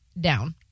down